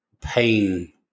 pain